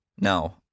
No